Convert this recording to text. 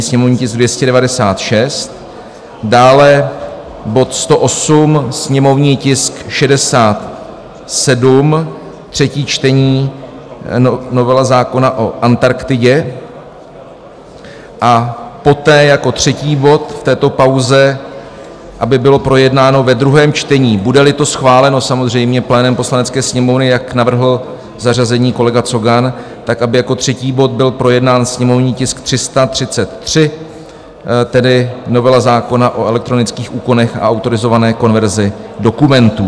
sněmovní tisk 296, dále bod 108, sněmovní tisk 67, třetí čtení, novela zákona o Antarktidě, a poté jako třetí bod v této pauze, aby bylo projednáno ve druhém čtení, budeli to schváleno samozřejmě plénem Poslanecké sněmovny, jak navrhl zařazení kolega Cogan, tak aby jako třetí bod byl projednán sněmovní tisk 333, tedy novela zákona o elektronických úkonech a autorizované konverzi dokumentů.